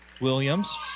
Williams